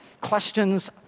questions